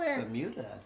Bermuda